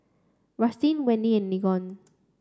Rustin Wendy and Mignon